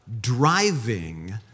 driving